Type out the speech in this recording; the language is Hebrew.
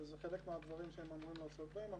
וזה חלק מהדברים שהם אמורים לעסוק בהם.